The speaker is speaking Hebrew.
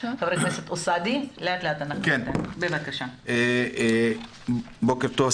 בוקר טוב.